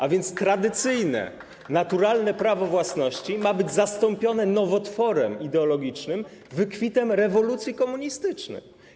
A więc tradycyjne, naturalne prawo własności ma być zastąpione nowotworem ideologicznym, wykwitem rewolucji komunistycznej.